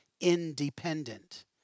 independent